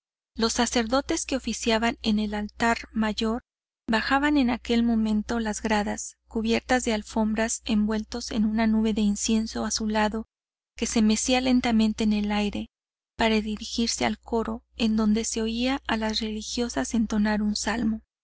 los sacerdotes que oficiaban en el altar mayor bajaban en aquel momento las gradas cubiertas de alfombras envueltos en una nube de incienso azulado que se mecía lentamente en el aire para dirigirse al coro en donde se oía a las religiosas entonar un salmo